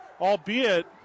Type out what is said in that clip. albeit